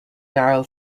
daryl